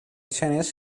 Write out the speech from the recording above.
tennis